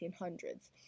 1800s